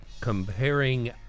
comparing